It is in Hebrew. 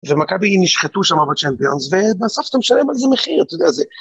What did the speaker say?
ומכבי נשחטו שם בצ'מפיאנס ובסוף אתם משלמים על זה מחיר, אתה יודע, זה...